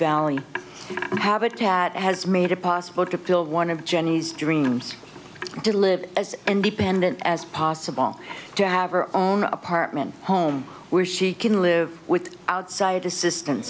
valley habitat has made it possible to build one of jenny's dreams to live as independent as possible to have her own apartment home where she can live with outside assistance